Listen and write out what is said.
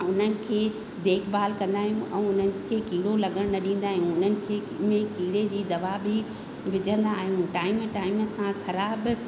उननि खे देखभाल कंदा आहियूं ऐं उननि खे कीड़ो लगण न ॾींदा आहियूं उननि खे में कीड़े जी दवा बि विझंदा आहियूं टाइम टाइम सां ख़राब